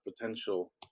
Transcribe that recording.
potential